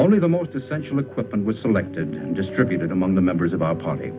only the most essential equipment was selected and distributed among the members of our party